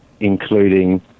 including